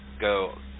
go